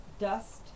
dust